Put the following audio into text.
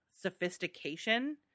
sophistication